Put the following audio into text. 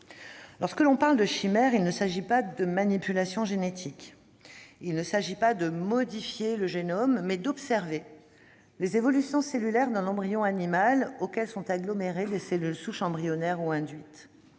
discussion. Les chimères ne résultent pas de manipulations génétiques : il s'agit non pas de modifier le génome, mais d'observer les évolutions cellulaires d'un embryon animal auquel sont agglomérées des cellules souches embryonnaires ou induites.